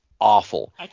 awful